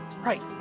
Right